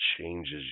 changes